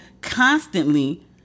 constantly